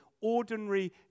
ordinary